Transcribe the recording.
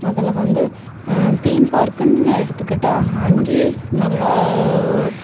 அதில் வந்து தீம் பார்க்குன்னு எடுத்துக்கிட்டால் அங்கேயே நல்லா